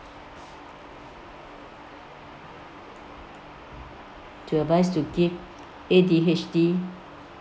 to advise to get A_D_H_D